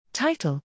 Title